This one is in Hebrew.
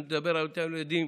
אני מדבר על אותם ילדים